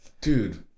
Dude